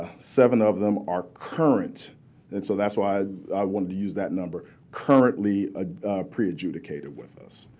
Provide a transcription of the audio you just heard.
seven of them are current and so that's why i wanted to use that number currently ah pre-adjudicated with us.